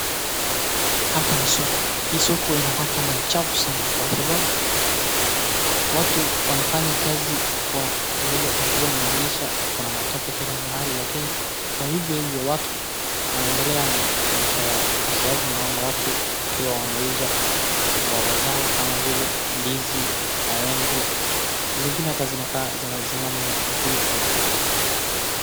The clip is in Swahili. Hapa ni soko. Hii soko inakaa kama ni chafu sana kwa sababu watu wanafanya kazi kwa vile mvua imenyesha kuna matope kila mahali lakini, kwa hivyohivyo watu wanaendelea na maisha yao kwa sababu naona watu wakiwa wanauza mboga zao kama vile ndizi, maembe, zingine hata zinakaa zinazimama juu ya matope.